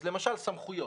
אז למשל סמכויות.